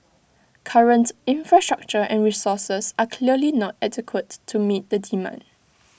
current infrastructure and resources are clearly not adequate to meet the demand